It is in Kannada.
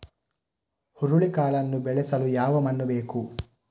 ಹುರುಳಿಕಾಳನ್ನು ಬೆಳೆಸಲು ಯಾವ ಮಣ್ಣು ಬೇಕು?